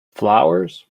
flowers